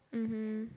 mmhmm